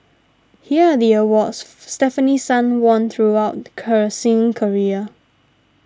here are the awards Stefanie Sun won throughout her singing career